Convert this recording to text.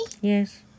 yes